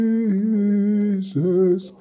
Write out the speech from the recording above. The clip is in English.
Jesus